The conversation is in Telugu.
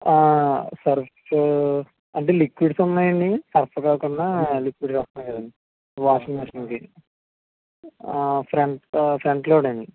సర్ఫ్స్ అంటే లిక్విడ్స్ ఉన్నాయా అండి సర్ఫ్ కాకుండా లిక్విడ్స్ వస్తున్నాయ్ కదండీ వాషింగ్ మెషిన్కి ఫ్రంట్ ఫ్రంట్ లోడ్ అండి